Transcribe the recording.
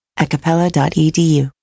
acapella.edu